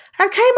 Okay